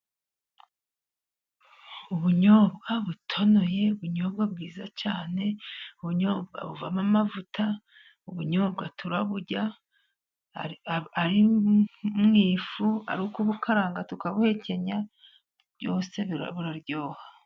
Ubunyobwa butonoye ubunyobwa bwiza cyane, ubunyobwa buvamo amavuta ubunyobwa turaburya, ari mu ifu ari ukubukaranga tukabuhekenya, byose buraryoha.